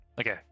okay